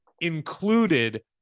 included